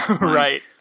Right